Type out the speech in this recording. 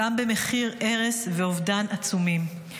גם במחיר הרס ואובדן עצומים.